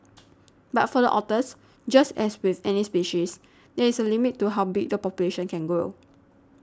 but for the otters just as with any species there is a limit to how big the population can grow